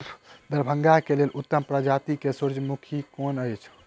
दरभंगा केँ लेल उत्तम प्रजाति केँ सूर्यमुखी केँ अछि?